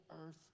earth